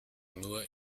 nur